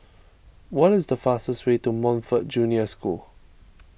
what is the fastest way to Montfort Junior School